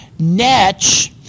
NETCH